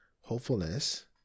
hopefulness